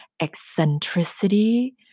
eccentricity